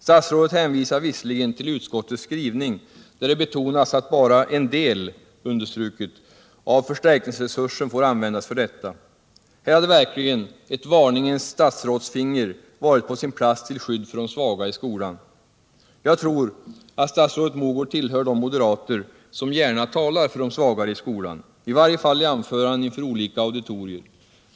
Statsrådet hänvisar visserligen till utskottets skrivning, där det betonas att bara en del av förstärkningsresursen får användas för detta. Här hade verkligen ett varningens statsrådsfinger varit på sin plats till skydd för de svaga i skolan. Jag tror att statsrådet Mogård tillhör de moderater som gärna talar för de svagare i skolan. I varje fall gör statsrådet det i anföranden inför olika auditorier.